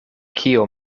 kio